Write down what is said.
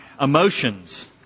emotions